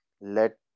Let